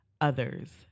others